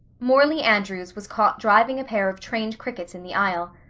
morley andrews was caught driving a pair of trained crickets in the aisle.